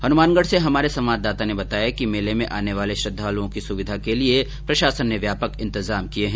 हनुमानगढ से हमारे संवाददाता ने बताया कि र्मेले में आने वाले श्रद्धालुओं की सुविधा के लिये प्रशासन ने व्यापक इंतजाम किये हैं